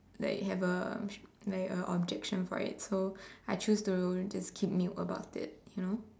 like have a like a objection for it so I choose to keep mute about it you know